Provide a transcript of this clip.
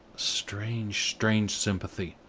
strange, strange sympathy!